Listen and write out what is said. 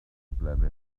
distant